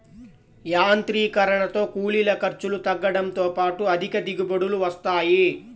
యాంత్రీకరణతో కూలీల ఖర్చులు తగ్గడంతో పాటు అధిక దిగుబడులు వస్తాయి